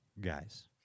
guys